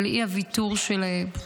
על אי-הוויתור שלהם.